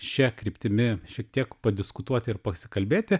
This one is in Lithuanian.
šia kryptimi šiek tiek padiskutuoti ir pasikalbėti